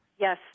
Yes